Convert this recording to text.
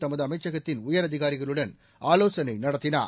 தமது அமைச்சகத்தின் உயரதிகாரிகளுடன் ஆலோசனை நடத்தினார்